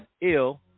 ill